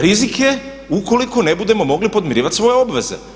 Rizik je ukoliko ne budemo mogli podmirivati svoje obveze.